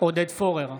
עודד פורר,